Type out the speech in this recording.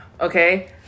Okay